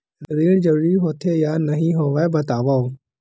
ऋण जरूरी होथे या नहीं होवाए बतावव?